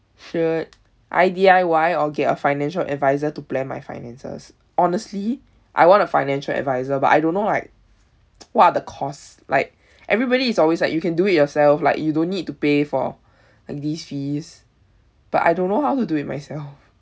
should I D_I_Y or get a financial adviser to plan my finances honestly I want a financial adviser but I don't know like what are the cost like everybody is always like you can do it yourself like you don't need to pay for these fees but I don't know how to do it myself